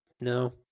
No